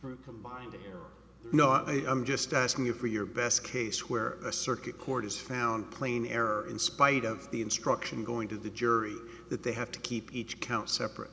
hear no i am just asking you for your best case where a circuit court is found plain error in spite of the instruction going to the jury that they have to keep each count separate